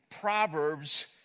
Proverbs